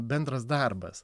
bendras darbas